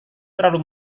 terlalu